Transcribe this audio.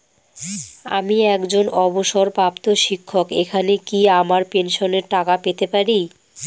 আমি একজন অবসরপ্রাপ্ত শিক্ষক এখানে কি আমার পেনশনের টাকা পেতে পারি?